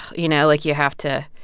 you know? like, you have to